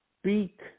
speak